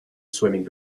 swimming